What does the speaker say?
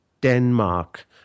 Denmark